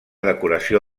decoració